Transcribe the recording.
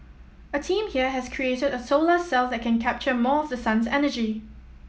a team here has created a solar cell that can capture more of the sun's energy